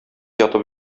ятып